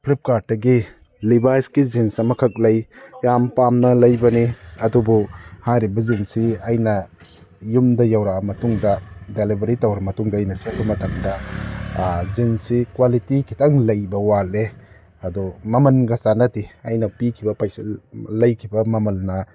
ꯐ꯭ꯂꯤꯞꯀꯥꯔꯗꯇꯒꯤ ꯂꯤꯚꯥꯏꯁꯀꯤ jeans ꯑꯃꯈꯛ ꯂꯩ ꯌꯥꯝ ꯄꯥꯝꯅ ꯂꯩꯕꯅꯤ ꯑꯗꯨꯕꯨ ꯍꯥꯏꯔꯤꯕ ꯖꯤꯟꯁꯁꯤ ꯑꯩꯅ ꯌꯨꯝꯗ ꯌꯧꯔꯛꯑ ꯃꯇꯨꯡꯗ ꯗꯦꯂꯤꯕꯔꯤ ꯇꯧꯔ ꯃꯇꯨꯡꯗ ꯑꯩꯅ ꯁꯦꯠꯄ ꯃꯇꯝꯗ ꯖꯤꯟꯁꯁꯤ ꯀ꯭ꯋꯥꯂꯤꯇꯤ ꯈꯤꯇꯪ ꯂꯩꯕ ꯋꯥꯠꯂꯦ ꯑꯗꯣ ꯃꯃꯟꯒ ꯆꯥꯟꯅꯗꯦ ꯑꯩꯅ ꯄꯤꯈꯤꯕ ꯂꯩꯈꯤꯕ ꯃꯃꯜꯅ